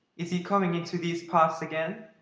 is he coming into these parts again?